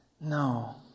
No